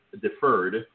deferred